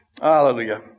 Hallelujah